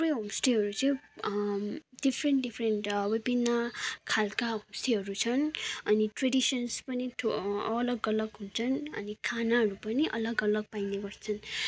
थुप्रै होमस्टेहरू चाहिँ डिफ्रेन्ट डिफ्रेन्ट विभिन्न खालका होमस्टेहरू छन् अनि ट्रेडिसन्स नि अलग अलग हुन्छन् अनि खानाहरू पनि अलग अलग पाइने गर्छन्